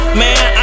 man